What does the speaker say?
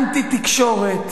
אנטי תקשורת,